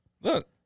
Look